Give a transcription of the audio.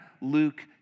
Luke